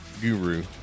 guru